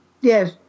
Yes